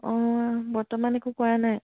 অঁ বৰ্তমান একো কৰা নাই